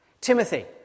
Timothy